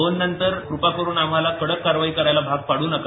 दोन नंतर क्रपा करून आम्हाला कडक कारवाई करायला भाग पाड्र नका